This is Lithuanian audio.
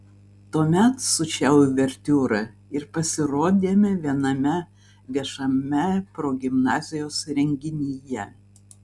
tuomet su šia uvertiūra ir pasirodėme viename viešame progimnazijos renginyje